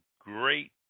great